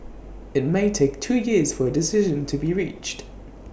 IT may take two years for A decision to be reached